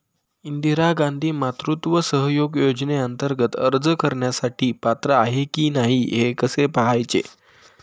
इंदिरा गांधी मातृत्व सहयोग योजनेअंतर्गत अर्ज करण्यासाठी पात्र आहे की नाही हे कसे पाहायचे?